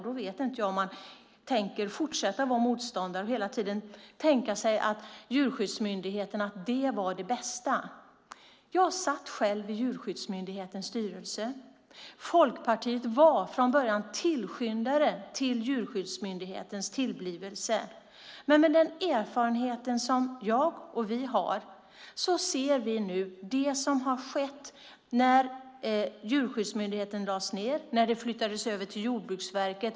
Jag vet inte om ni tänker fortsätta att vara motståndare och hela tiden tänka er att Djurskyddsmyndigheten var det bästa. Jag satt själv i Djurskyddsmyndighetens styrelse. Folkpartiet var från början tillskyndare av Djurskyddsmyndighetens tillblivelse. Men med den erfarenhet som jag och vi har ser vi nu det som har skett när Djurskyddsmyndigheten lades ned och flyttades över till Jordbruksverket.